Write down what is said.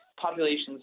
populations